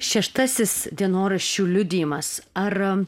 šeštasis dienoraščių liudijimas ar